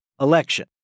election